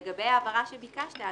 לגבי ההבהרה שביקשת.